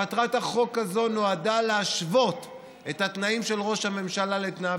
מטרת החוק הזאת היא להשוות את התנאים של ראש הממשלה לתנאיו